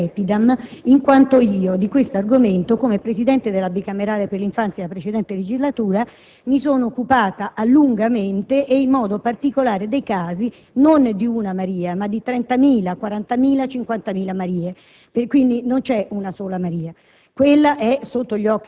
e mi verrebbe da dire veramente: «*Sutor, ne ultra crepidam*!» in quanto io, di questo argomento, come Presidente della Commissione bicamerale per l'infanzia nella precedente legislatura mi sono occupata lungamente e in modo particolare di questi casi, non di una Maria, ma di 30, 40, 50.000 Marie.